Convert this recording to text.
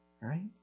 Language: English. right